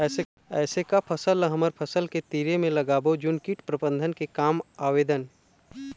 ऐसे का फसल ला हमर फसल के तीर मे लगाबो जोन कीट प्रबंधन के काम आवेदन?